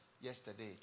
yesterday